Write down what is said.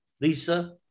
Lisa